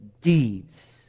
deeds